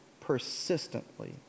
persistently